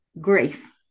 grief